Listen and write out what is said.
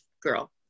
girl